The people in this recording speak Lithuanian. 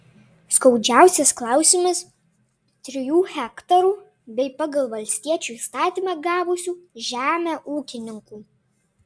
skaudžiausias klausimas trijų hektarų bei pagal valstiečių įstatymą gavusių žemę ūkininkų